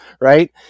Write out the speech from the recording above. right